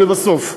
ולבסוף: